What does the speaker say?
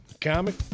comic